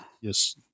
Yes